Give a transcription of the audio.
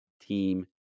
team